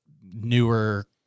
newer